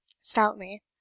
stoutly